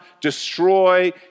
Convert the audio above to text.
destroy